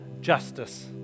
justice